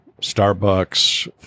Starbucks